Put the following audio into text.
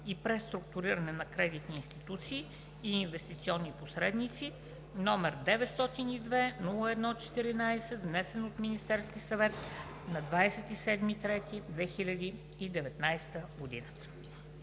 и преструктуриране на кредитни институции и инвестиционни посредници, № 902-01-14, внесен от Министерския съвет на 27 март 2019